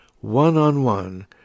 one-on-one